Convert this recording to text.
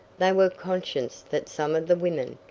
they were conscious that some of the women,